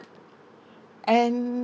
and